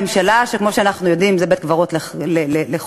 לממשלה, וכמו שאנחנו יודעים, זה בית-קברות לחוקים,